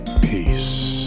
Peace